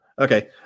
Okay